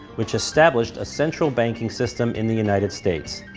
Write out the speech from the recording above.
which established a central banking system in the united states.